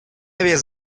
vez